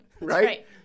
right